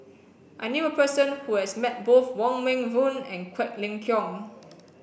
I knew a person who has met both Wong Meng Voon and Quek Ling Kiong